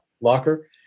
locker